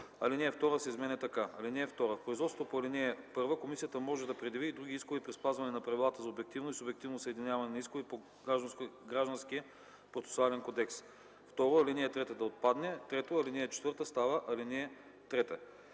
Алинея 2 се изменя така: „(2) В производството по ал. 1 комисията може да предяви и други искове при спазване на правилата за обективно и субективно съединяване на искове по Гражданския процесуален кодекс.” 2. Алинея 3 да отпадне. 3. Алинея 4 става ал. 3.